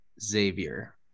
xavier